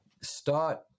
start